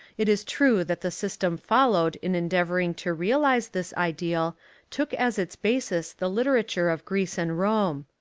it is true that the system followed in endeavouring to realise this ideal took as its basis the literature of greece and rome.